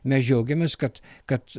mes džiaugiamės kad kad